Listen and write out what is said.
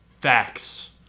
Facts